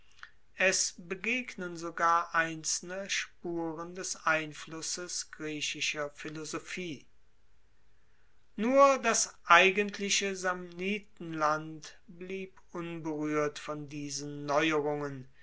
es begegnen sogar einzelne spuren des einflusses griechischer philosophie nur das eigentliche samnitenland blieb unberuehrt von diesen neuerungen